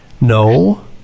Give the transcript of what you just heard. no